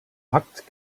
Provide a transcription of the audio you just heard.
packt